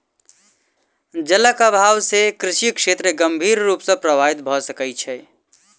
जलक अभाव से कृषि क्षेत्र गंभीर रूप सॅ प्रभावित भ सकै छै